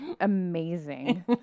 amazing